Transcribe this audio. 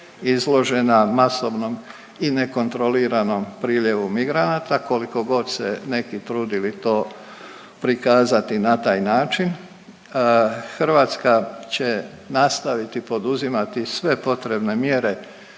izložena masovnom i nekontroliranom priljevu migranata koliko god se neki trudili to prikazati na taj način. Hrvatska će nastaviti poduzimati sve potrebne mjere